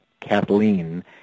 Kathleen